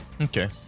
Okay